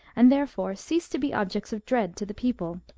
and there fore ceased to be objects of dread to the people.